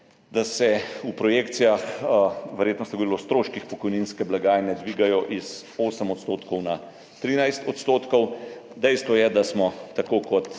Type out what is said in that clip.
da se v projekcijah – verjetno ste govorili o stroških pokojninske blagajne – dvigajo iz 8 % na 13 %. Dejstvo je, da tako kot